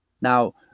Now